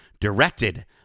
directed